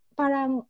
parang